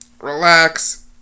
relax